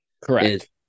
Correct